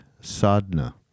sadhana